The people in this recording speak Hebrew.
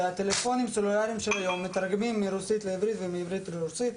כי הטלפונים הסלולריים של היום מתרגמים מרוסית לעברית ומעברית לרוסית,